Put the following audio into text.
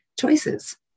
choices